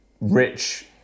rich